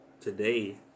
today